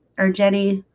or jenny